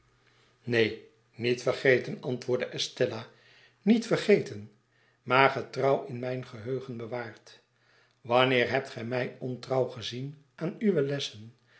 neen niet vergeten antwoordde elstella niet vergeten maar getrouw in mijn geheugen bewaard wanneer hebt gy mij ontrouw gezien aan uwe lessen